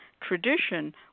tradition